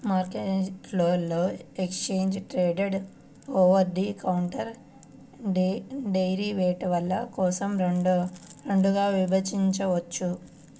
మార్కెట్ను exchange traded, over the counter డెరివేటివ్ల కోసం రెండుగా విభజించవచ్చు